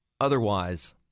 Otherwise